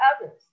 others